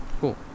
Cool